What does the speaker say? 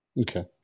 Okay